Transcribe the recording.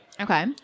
Okay